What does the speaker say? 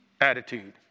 attitude